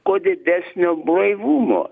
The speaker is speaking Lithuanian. kuo didesnio blaivumo